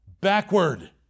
backward